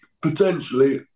potentially